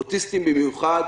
אוטיסטים במיוחד,